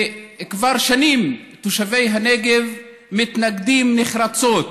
כבר שנים תושבי הנגב מתנגדים נחרצות